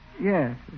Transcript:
Yes